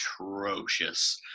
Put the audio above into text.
atrocious